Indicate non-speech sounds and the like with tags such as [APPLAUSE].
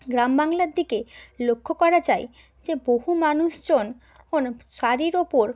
গ্রাম বাংলার দিকে লক্ষ্য করা যায় যে বহু মানুষজন [UNINTELLIGIBLE] শাড়ির উপর